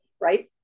right